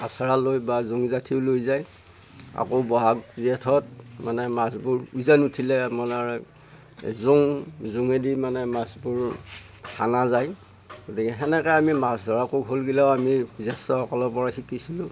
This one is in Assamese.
আছাৰা লৈ বা জোং যাঠিও লৈ যায় আকৌ ব'হাগ জেঠত মানে মাছবোৰ উজান উঠিলে আপোনাৰ জোং জোঙেদি মানে মাছবোৰ হানা যায় গতিকে সেনেকৈ আমি মাছ ধৰা কৌশলগিলাও আমি জ্যেষ্ঠসকলৰ পৰা শিকিছিলোঁ